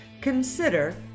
consider